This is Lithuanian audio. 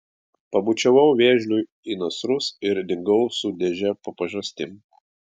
pabučiavau vėžliui į nasrus ir dingau su dėže po pažastim